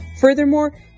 Furthermore